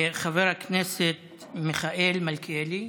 חבר הכנסת מיכאל מלכיאלי.